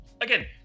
again